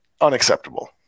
unacceptable